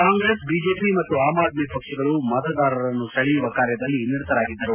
Congress BJP ಮತ್ತು ಆಮ್ ಆದ್ಲಿ ಪಕ್ಷಗಳು ಮತದಾರನ ಮನಸೆಳೆಯುವ ಕಾರ್ಯದಲ್ಲಿ ನಿರತರಾಗಿದ್ದರು